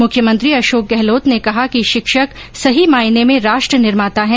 मुख्यमंत्री अशोक गहलोत ने कहा कि शिक्षक सही मायने में राष्ट्र निर्माता हैं